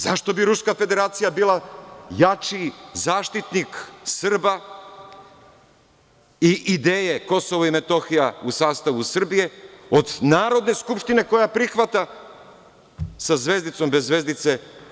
Zašto bi Ruska Federacija bila jači zaštitnik Srba i ideje Kosovo i Metohija u sastavu Srbije od Narodne skupštine koja prihvata sa zvezdicom, bez zvezdice?